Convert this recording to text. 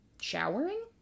showering